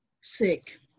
sick